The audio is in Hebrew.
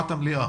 שעת המליאה.